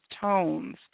tones